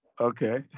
Okay